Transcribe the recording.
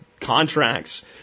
contracts